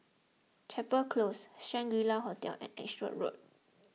Chapel Close Shangri La Hotel and Edgware Road